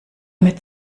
mit